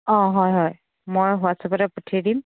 অ হয় হয় মই হোৱাটছাপতে পঠিয়াই দিম